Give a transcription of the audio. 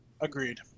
Agreed